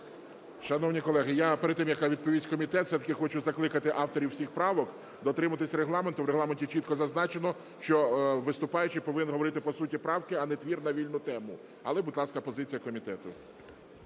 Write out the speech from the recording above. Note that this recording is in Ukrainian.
Шановні колеги, перед тим, як відповість комітет, все-таки хочу закликати авторів всіх правок дотримуватись Регламенту. В Регламенті чітко зазначено, що виступаючий повинен говорити по суті правки, а не твір на вільну тему. Але, будь ласка, позиція комітету.